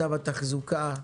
מצב התחזוקה,